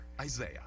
Isaiah